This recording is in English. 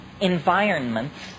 environments